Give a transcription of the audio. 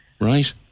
Right